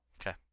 Okay